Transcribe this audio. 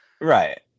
right